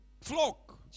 flock